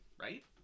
right